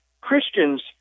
Christians